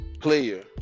player